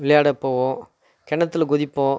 விளையாடப் போவோம் கிணத்துல குதிப்போம்